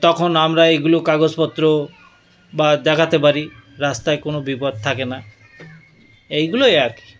তখন আমরা এইগুলো কাগজপত্র বা দেখাতে পারি রাস্তায় কোনো বিপদ থাকে না এইগুলোই আর কি